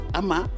ama